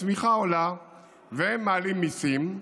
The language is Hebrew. הצמיחה עולה והם מעלים מיסים.